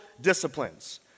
disciplines